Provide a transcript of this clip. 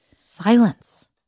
silence